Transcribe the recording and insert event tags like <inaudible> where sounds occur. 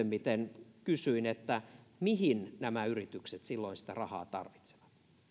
<unintelligible> miten kysyin mihin nämä yritykset silloin sitä rahaa tarvitsevat